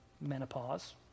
menopause